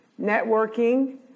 networking